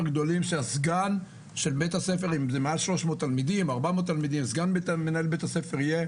גדולים של מעל 400-300 תלמידים הסגן של מנהל בית הספר יהיה